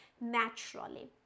naturally